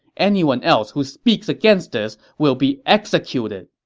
anyone else who speaks against this will be executed!